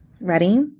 Ready